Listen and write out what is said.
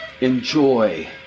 enjoy